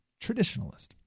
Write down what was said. traditionalist